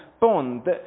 bond